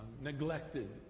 neglected